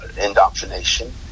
Indoctrination